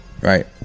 right